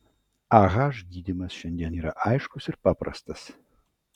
ah gydymas šiandien yra aiškus ir paprastas